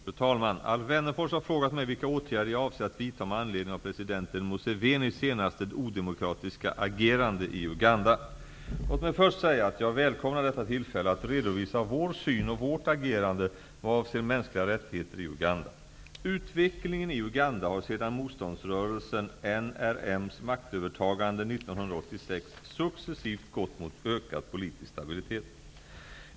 Fru talman! Alf Wennerfors har frågat mig vilka åtgärder jag avser vidta med anledning av president Låt mig först säga att jag välkomnar detta tillfälle att redovisa vår syn och vårt agerande vad avser mänskliga rättigheter i Uganda. Utvecklingen i Uganda har sedan motståndsrörelsen NRM:s maktövertagande 1986 successivt gått mot ökad politisk stabilitet.